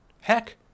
Heck